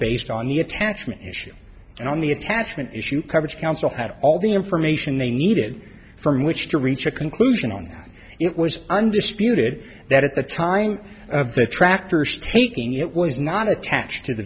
based on the attachment issue and on the attachment issue coverage counsel had all the information they needed from which to reach a conclusion on that it was undisputed that at the time of the tractors taking it was not attached to the